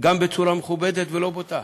גם בצורה מכובדת ולא בוטה.